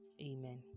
Amen